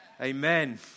Amen